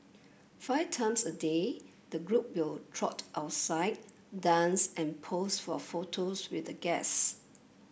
five times a day the group will trot outside dance and pose for photos with the guests